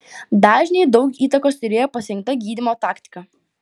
dažniui daug įtakos turėjo pasirinkta gydymo taktika